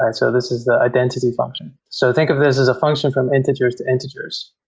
and so this is the identity function. so think of this as a function from integers to integers.